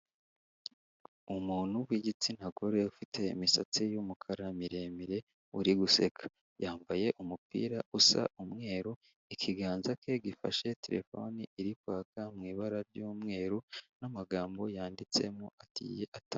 umuntu wigitsina gore ufite imisatsi yumukara miremire uri guseka yambaye umupira usa umweru ikiganza cye gifashe terefone iri kwaka mu ibara ry'umweru n'amagambo yanditsemo ati a atatu